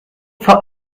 for